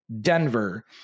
Denver